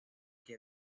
que